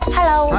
Hello